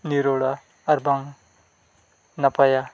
ᱱᱤᱨᱳᱲᱟ ᱟᱨ ᱵᱟᱝ ᱱᱟᱯᱟᱭᱟ